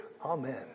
Amen